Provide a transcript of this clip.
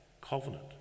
covenant